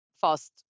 fast